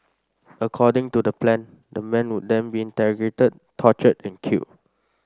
according to the plan the man would then be interrogated tortured and killed